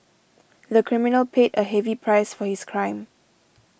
the criminal paid a heavy price for his crime